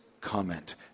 comment